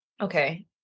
okay